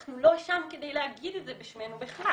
אנחנו לא שם כדי להגיד את זה בשמנו בכלל.